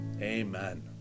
Amen